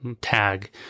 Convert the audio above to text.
tag